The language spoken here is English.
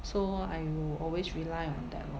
so I will always rely on that lor